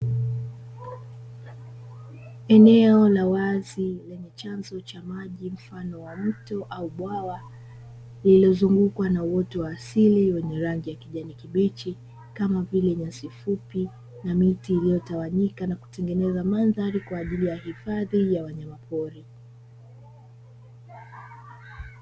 Eneo la wazi lenye chanzo cha maji mfano wa mto au bwawa, lililozungukwa na uoto wa asili wenye rangi ya kijani kibichi kama vile: nyasi fupi na miti iliyotawanyika na kutengeneza mandhari kwa ajili ya hifadhi ya wanyamapori.